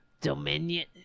Dominion